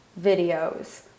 videos